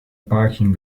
parking